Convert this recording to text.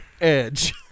Edge